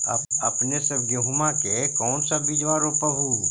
अपने सब गेहुमा के कौन सा बिजबा रोप हू?